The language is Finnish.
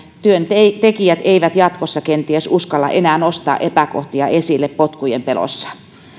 työntekijät eivät jatkossa kenties uskalla enää nostaa epäkohtia esille potkujen pelossa